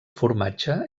formatge